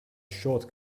short